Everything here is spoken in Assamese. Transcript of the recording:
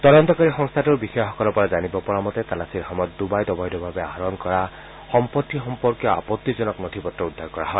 তদন্তকাৰী সংস্থাটোৰ বিষয়াসকলৰ পৰা জানিব পৰা মতে তালাচীৰ সময়ত ডুবাইত অবৈধভাৱে অধিগ্ৰহণ কৰা সা সম্পত্তি সম্পৰ্কীয় আপত্তিজনক নথি পত্ৰ উদ্ধাৰ কৰা হয়